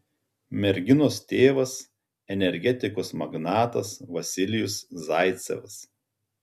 merginos tėvas energetikos magnatas vasilijus zaicevas